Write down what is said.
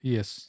Yes